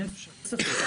אין ספק.